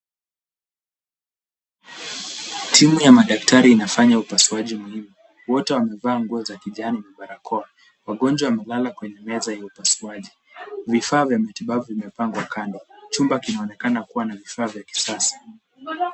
Timu ya madaktari inafanya upasuaji muhimu. Wote wamevaa nguo za kijani na barakoa. Wagonjwa wamelala kwenye meza ya upasuaji. Vifaa vya matibabu vimepangwa kando. Chumba kinaonekana kuwa na vifaa vya kisasa.